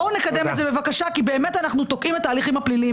בואו נקדם את זה בבקשה כי באמת כרגע אנחנו תוקעים את ההליכים הפליליים.